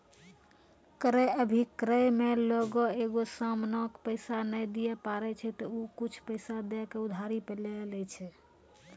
क्रय अभिक्रय मे लोगें एगो समानो के पैसा नै दिये पारै छै त उ कुछु पैसा दै के उधारी पे लै छै